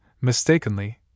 mistakenly